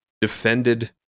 defended